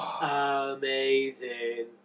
amazing